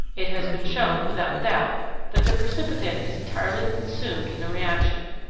it has been shown without doubt that the precipitin is entirely consumed in the reaction.